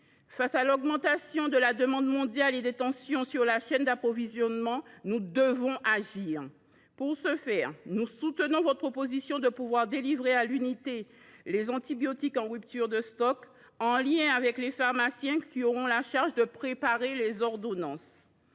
Face à l’augmentation de la demande mondiale et des tensions sur les chaînes d’approvisionnement, nous devons agir ! Pour ce faire, nous soutenons votre proposition d’une délivrance à l’unité des antibiotiques en rupture de stock, en lien avec les pharmaciens. Mais, pour éviter que la solution